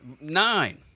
Nine